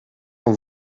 van